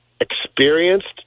experienced